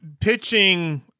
pitching